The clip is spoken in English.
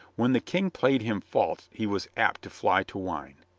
when the king played him false he was apt to fly to wine.